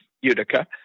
Utica